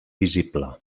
visible